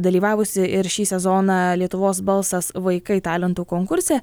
dalyvavusi ir šį sezoną lietuvos balsas vaikai talentų konkurse